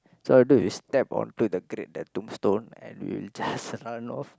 so either we step onto the grave that tombstone and we'll just run off